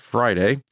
Friday